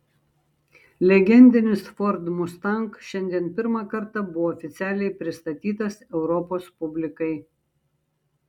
legendinis ford mustang šiandien pirmą kartą buvo oficialiai pristatytas europos publikai